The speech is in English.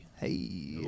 hey